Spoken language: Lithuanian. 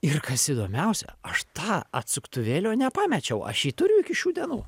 ir kas įdomiausia aš tą atsuktuvėlio nepamečiau aš jį turiu iki šių dienų